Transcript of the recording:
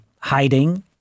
hiding